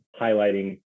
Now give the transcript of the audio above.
highlighting